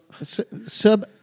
sub